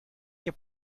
your